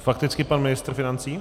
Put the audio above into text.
Fakticky pan ministr financí.